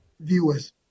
viewers